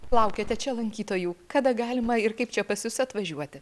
laukiate čia lankytojų kada galima ir kaip čia pas jus atvažiuoti